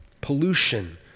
Pollution